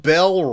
Bell